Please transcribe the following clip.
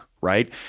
right